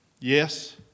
Yes